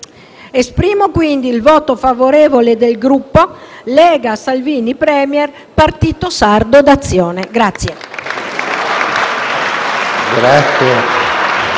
Esprimo, quindi, il voto favorevole del Gruppo Lega-Salvini Premier-Partito Sardo d'Azione.